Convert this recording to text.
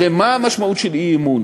הרי מה המשמעות של אי-אמון?